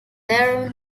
their